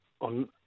on